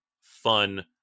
fun